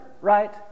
right